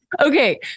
Okay